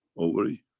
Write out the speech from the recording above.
ovary,